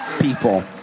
people